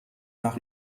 nach